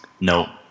no